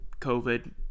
COVID